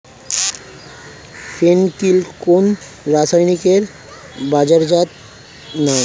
ফেন কিল কোন রাসায়নিকের বাজারজাত নাম?